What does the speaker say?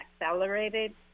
accelerated